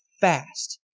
fast